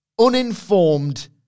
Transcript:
uninformed